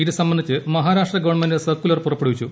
ഇത് സംബന്ധിച്ച് Maharashtra government circular പുറപ്പെടുവിച്ചു